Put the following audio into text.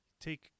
take